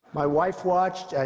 my wife watched.